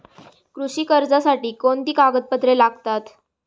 कृषी कर्जासाठी कोणती कागदपत्रे लागतात?